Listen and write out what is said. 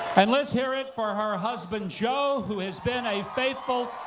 and let's hear it for her husband joe, who has been a faithful,